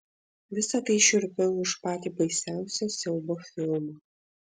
visa tai šiurpiau už patį baisiausią siaubo filmą